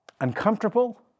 Uncomfortable